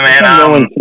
man